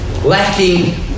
Lacking